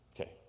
Okay